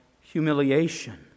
humiliation